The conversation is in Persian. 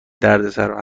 دردسرا